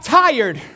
tired